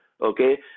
okay